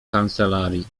kancelarii